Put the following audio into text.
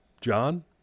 John